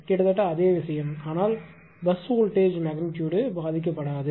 கிட்டத்தட்ட அதே விஷயம் ஆனால் பஸ் வோல்ட்டேஜ் மெக்னிட்யூடு பாதிக்கப்படாது